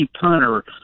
punter